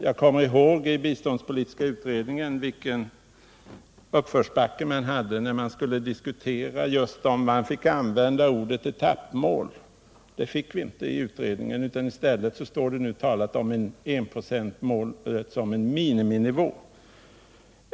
Jag kommer ihåg vilken uppförsbacke det var i biståndspolitiska utredningen när man diskuterade om ordet ”etappmål” skulle få användas. Det fick man inte göra i utredningen, utan det talas nu där i stället om enprocentsmålet som en miniminivå.